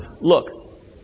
look